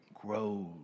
grows